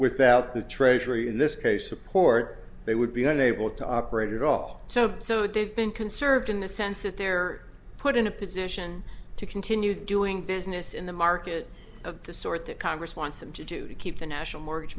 without the treasury in this case support they would be unable to operate at all so so they've been conserved in the sense if they're put in a position to continue doing business in the market of the sort that congress wants them to do to keep the national mortgage